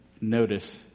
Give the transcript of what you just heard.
notice